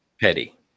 Petty